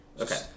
Okay